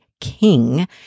king